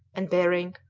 and behring,